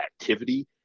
activity